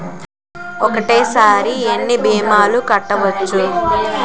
ఒక్కటేసరి ఎన్ని భీమాలు కట్టవచ్చు?